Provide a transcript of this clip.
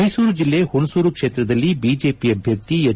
ಮೈಸೂರು ಜಿಲ್ಲೆ ಹುಣಸೂರು ಕ್ಷೇತ್ರದಲ್ಲಿ ಬಿಜೆಪಿ ಅಭ್ಯರ್ಥಿ ಹೆಚ್